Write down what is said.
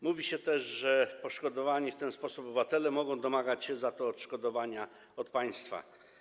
Mówi się też, że poszkodowani w ten sposób obywatele mogą domagać się za to odszkodowania od państwa.